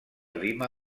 lima